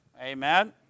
Amen